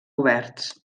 oberts